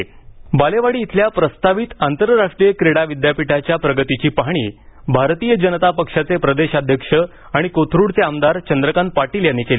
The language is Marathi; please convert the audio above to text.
बालेवाडी विद्यापीठ पाहणी बालेवाडी इथल्या प्रस्तावित आंतरराष्ट्रीय क्रीडा विद्यापीठाच्या प्रगतीची पाहणी भारतीय जनता पक्षाचे प्रदेशाध्यक्ष आणि कोथरूडचे आमदार चंद्रकांत पाटील यांनी केली